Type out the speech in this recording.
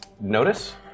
notice